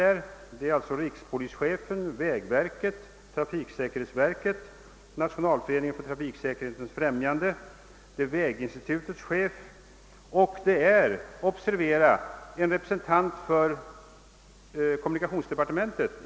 I rådet sitter rikspolischefen, företrädare för vägverket, trafiksäkerhetsverket och Nationalföreningen för trafiksäkerhetens främjande, chefen för väginstitutet och — vilket är värt att observera — ett kansliråd från kommunikationsdepartementet.